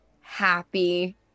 happy